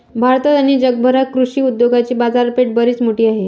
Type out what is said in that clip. भारतात आणि जगभरात कृषी उद्योगाची बाजारपेठ बरीच मोठी आहे